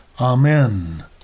Amen